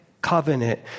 covenant